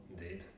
Indeed